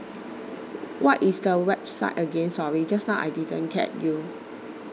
what is the website again sorry just now I didn't get you